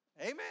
Amen